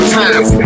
times